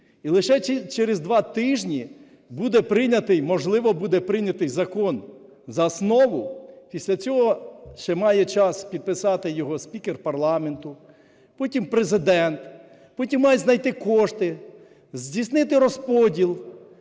і лише через два тижні буде прийнятий, можливо, буде прийнятий закон за основу. Після цього ще має час підписати його спікер парламенту, потім – Президент, потім мають знайти кошти, здійснити розподіл,